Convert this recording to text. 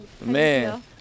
Man